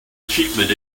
achievement